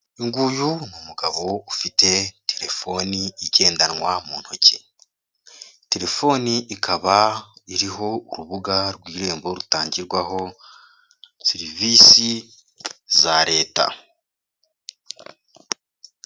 Uyu nguyu ni umugabo ufite telefoni igendanwa mu ntoki, telefoni ikaba iriho urubuga rw'irembo rutangirwaho serivisi za leta.